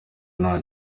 nta